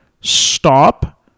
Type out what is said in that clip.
stop